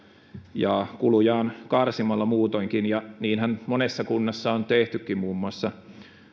ja muutoinkin kulujaan karsimalla ja niinhän monessa kunnassa on tehtykin muun muassa